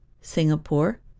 Singapore